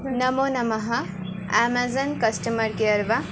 नमो नमः Amazon customer care वा